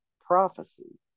prophecy